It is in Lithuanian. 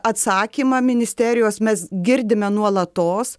atsakymą ministerijos mes girdime nuolatos